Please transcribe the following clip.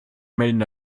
melden